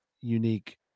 unique